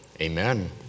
Amen